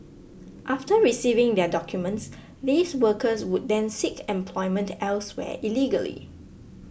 after receiving their documents these workers would then seek employment elsewhere illegally